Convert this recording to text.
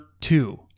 two